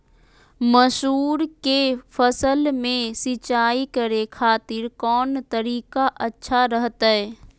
मसूर के फसल में सिंचाई करे खातिर कौन तरीका अच्छा रहतय?